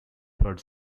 third